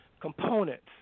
components